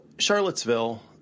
Charlottesville